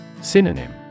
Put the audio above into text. Synonym